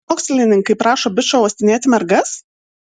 mokslininkai prašo bičo uostinėti mergas